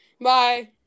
Bye